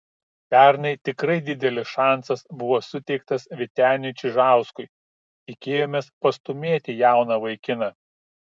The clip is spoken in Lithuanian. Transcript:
pernai tikrai didelis šansas buvo suteiktas vyteniui čižauskui tikėjomės pastūmėti jauną vaikiną